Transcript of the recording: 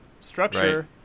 structure